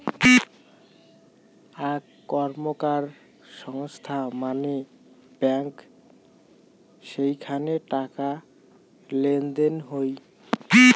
আক র্কমকার সংস্থা মানে ব্যাঙ্ক যেইখানে টাকা লেনদেন হই